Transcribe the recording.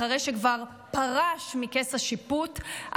אחרי שכבר פרש מכס השיפוט,